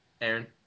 Aaron